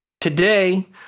Today